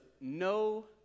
no